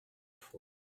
fond